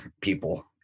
people